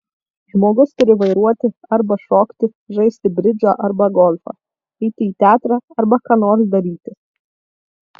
žmogus turi vairuoti arba šokti žaisti bridžą arba golfą eiti į teatrą arba ką nors daryti